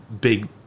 big